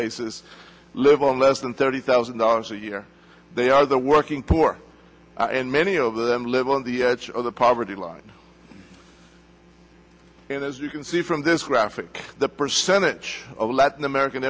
basis live on less than thirty thousand dollars a year they are the working poor and many of them live on the edge of the poverty line and as you can the from this graphic the percentage of latin american